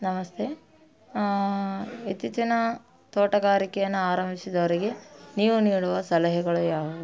ನಮಸ್ತೆ ಇತ್ತೀಚಿನ ತೋಟಗಾರಿಕೆಯನ್ನು ಆರಂಭಿಸಿದವರಿಗೆ ನೀವು ನೀಡುವ ಸಲಹೆಗಳು ಯಾವುವು